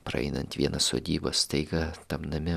praeinant vieną sodybą staiga tapdami